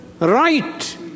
right